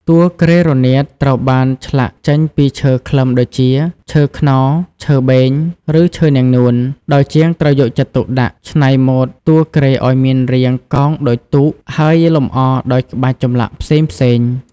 តួគ្រែរនាតត្រូវបានឆ្លាក់ចេញពីឈើខ្លឹមដូចជា ឈើខ្នុរ ឈើបេង ឬឈើនាងនួន ដោយជាងត្រូវយកចិត្តទុកដាក់ច្នៃម៉ូដតួគ្រែឱ្យមានរាងកោងដូចទូក ហើយលម្អដោយក្បាច់ចម្លាក់ផ្សេងៗ។